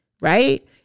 right